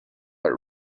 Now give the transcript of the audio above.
but